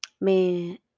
man